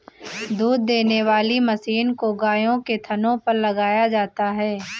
दूध देने वाली मशीन को गायों के थनों पर लगाया जाता है